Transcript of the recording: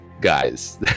guys